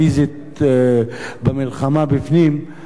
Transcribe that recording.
פיזית במלחמה בפנים,